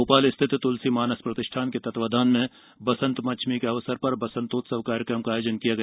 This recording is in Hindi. भो ाल स्थित त्लसी मानस प्रतिष्ठान के तत्वावधान में बसंत चमी के अवसर र बसंतोत्सव कार्यक्रम का आयोजन किया गया